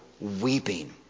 weeping